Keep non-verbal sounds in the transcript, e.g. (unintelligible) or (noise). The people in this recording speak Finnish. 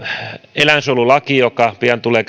eläinsuojelulaki joka pian tulee (unintelligible)